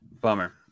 Bummer